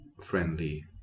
friendly